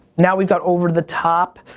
now we've got over the top.